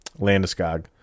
Landeskog